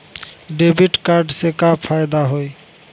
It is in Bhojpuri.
डेबिट कार्ड से का फायदा होई?